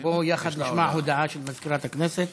בוא יחד נשמע הודעה של מזכירת הכנסת.